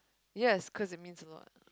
yes cause it means a lot